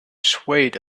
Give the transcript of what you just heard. swayed